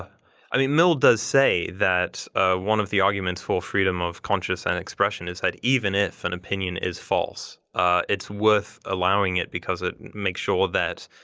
i mean mill does say that one of the arguments for freedom of conscious and expression is that even if an opinion is false it's worth allowing it because it makes sure that